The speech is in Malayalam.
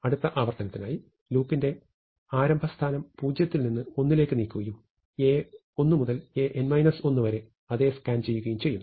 അടുത്ത ആവർത്തനത്തിനായി ലൂപ്പിന്റെ ആരംഭ സ്ഥാനം 0 ൽ നിന്ന് 1 ലേക്ക് നീക്കുകയും A1 മുതൽ An 1 വരെ അതേ സ്കാൻ ചെയ്യുകയും ചെയ്യുന്നു